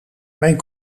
mijn